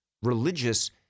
Religious